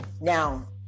Now